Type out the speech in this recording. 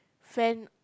friend